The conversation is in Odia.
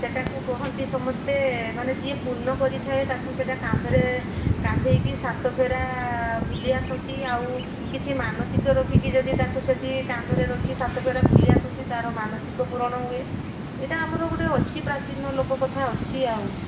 ସେଟାକୁ କୁହନ୍ତି ସମସ୍ତେ ମାନେ ଯିଏ ପୁଣ୍ୟ କରିଥାଏ ତାକୁ ସେଇଟା କାନ୍ଧରେ କାନ୍ଧେଇକି ସାତ ଫେରା ବୁଲି ଆସନ୍ତି ଆଉ କିଛି ମାନସିକ ରଖିକି ଯଦି ତାକୁ ସେଇଠି କାନ୍ଧରେ ରଖି ସାତ ଫେରା ବୁଲି ଆସନ୍ତି ତାର ମାନସିକ ପୂରଣ ହୁଏ ଏଇଟା ଆମର ଗୋଟେ ଅଛି ପ୍ରାଚୀନ ଲୋକ କଥା ଅଛି ଆଉ